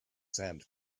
sand